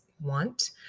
want